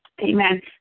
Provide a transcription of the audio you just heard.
Amen